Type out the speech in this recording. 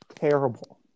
terrible